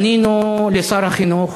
פנינו אל שר החינוך.